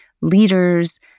leaders